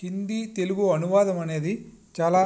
హిందీ తెలుగు అనువాదం అనేది చాలా